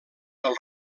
del